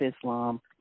Islam